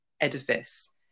edifice